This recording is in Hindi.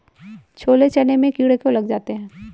छोले चने में कीड़े क्यो लग जाते हैं?